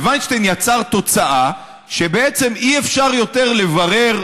וויינשטיין יצר תוצאה שאי-אפשר יותר לברר,